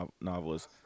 novelist